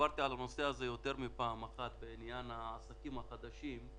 דיברתי יותר מפעם אחת על העסקים החדשים.